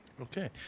Okay